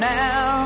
now